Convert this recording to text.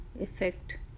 effect